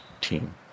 team